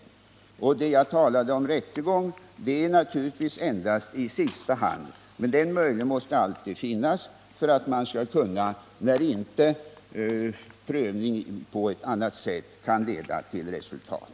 Rättegång, som jag har nämnt i svaret, kan naturligtvis endast tillgripas i sista hand, men den möjligheten måste alltid finnas när prövning på annat sätt inte kan leda till resultat.